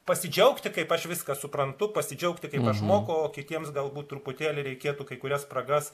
pasidžiaugti kaip aš viską suprantu pasidžiaugti kaip aš moku o kitiems galbūt truputėlį reikėtų kai kurias spragas